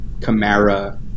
Camara